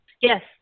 Yes